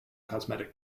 cosmetic